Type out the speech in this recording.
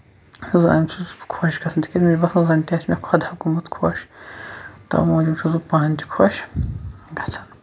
زَن چھُس بہٕ خۄش گژھان تِکیٛازِ مےٚ چھُ باسان زَن تہِ آسہِ مےٚ خدا گوٚمُت خۄش تَوے موٗجوٗب چھُس بہٕ پنٕنۍ تہِ خۄش گژھان